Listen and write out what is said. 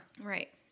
Right